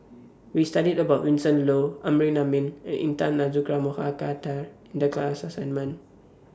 We studied about Vincent Leow Amrin Amin and Intan Azura Mokhtar in The class assignment